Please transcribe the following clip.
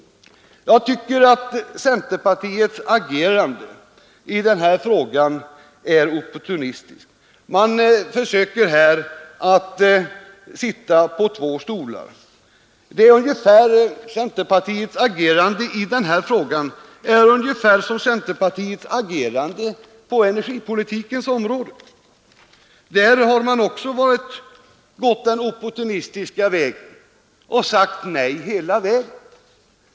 Jag tycker att centerpartiets agerande i denna fråga är opportunistiskt. Man försöker här sitta på två stolar. Partiet agerar här på ungefär samma sätt som man gjort på energipolitikens område. Också där har centern gått opportunismens väg och sagt nej hela tiden.